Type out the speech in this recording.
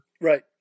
Right